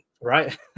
Right